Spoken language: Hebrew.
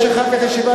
יש אחר כך ישיבה,